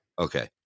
Okay